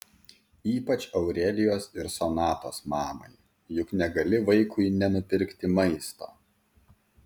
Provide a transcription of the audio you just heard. ypač aurelijos ir sonatos mamai juk negali vaikui nenupirkti maisto